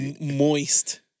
Moist